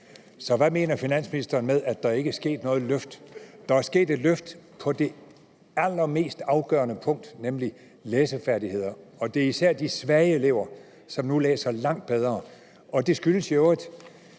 Så hvad mener finansministeren med, at der ikke er sket noget løft? Der er sket et løft på det allermest afgørende punkt, nemlig læsefærdighed, og det er især de svage elever, som nu læser langt bedre. Det skyldes jo